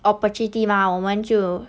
opportunity 吗我们就